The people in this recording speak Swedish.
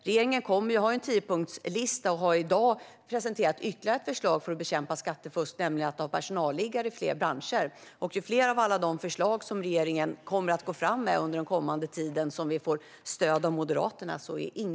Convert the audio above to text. Regeringen har en tiopunktslista och har i dag presenterat ytterligare förslag för att bekämpa skattefusk, nämligen att ha personalliggare i fler branscher. Ingen blir gladare än jag ju fler av alla de förslag som regeringen kommer att gå fram med under den kommande tiden som vi får stöd för av Moderaterna.